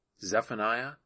Zephaniah